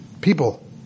people